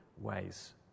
ways